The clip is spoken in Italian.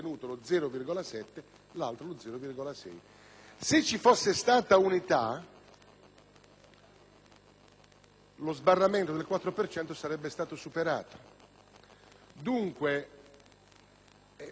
lo sbarramento del 4 per cento sarebbe stato superato. Dunque, possiamo continuare ad avere tre, quattro partiti che addirittura hanno lo stesso nome?